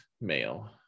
male